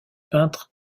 peintre